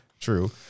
true